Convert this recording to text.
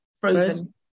frozen